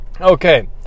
Okay